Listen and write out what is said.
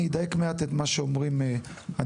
אני אדייק מעט את מה שאומרים הנציגים.